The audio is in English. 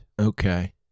Okay